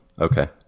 okay